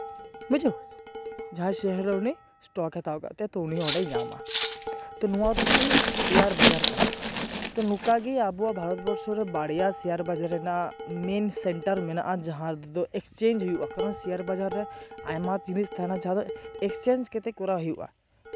ᱵᱩᱡᱷᱟᱹᱣ ᱡᱟᱦᱟᱸᱭ ᱥᱮᱭᱟᱨᱮ ᱩᱱᱤ ᱥᱴᱚᱠᱮ ᱦᱟᱛᱟᱣ ᱠᱟᱜ ᱛᱟᱦᱮᱱᱟ ᱛᱚ ᱩᱱᱤ ᱚᱸᱰᱮᱭ ᱧᱟᱢᱟ ᱛᱚ ᱱᱚᱣᱟ ᱫᱚ ᱢᱤᱫᱴᱮᱱ ᱥᱮᱭᱟᱨ ᱵᱟᱡᱟᱨ ᱠᱟᱱᱟ ᱛᱚ ᱱᱚᱝᱠᱟ ᱜᱮ ᱟᱵᱚᱣᱟᱜ ᱵᱷᱟᱨᱚᱛ ᱵᱚᱨᱥᱚ ᱨᱮ ᱵᱟᱨᱭᱟ ᱥᱮᱭᱟᱨ ᱵᱟᱡᱟᱨ ᱨᱮᱱᱟᱜ ᱢᱮᱱ ᱥᱮᱱᱴᱟᱨ ᱢᱮᱱᱟᱜᱼᱟ ᱡᱟᱦᱟᱸ ᱫᱚ ᱮᱠᱥᱪᱮᱧᱡᱽ ᱦᱩᱭᱩᱜᱼᱟ ᱠᱟᱨᱚᱱ ᱥᱮᱭᱟᱨ ᱵᱟᱡᱟᱨ ᱨᱮ ᱟᱭᱢᱟ ᱡᱤᱱᱤᱥ ᱛᱟᱦᱮᱱᱟ ᱡᱟᱦᱟᱸᱫᱚ ᱮᱠᱥᱪᱮᱧᱡᱽ ᱠᱟᱛᱮ ᱠᱚᱨᱟᱣ ᱦᱩᱭᱩᱜᱼᱟ